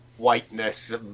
whiteness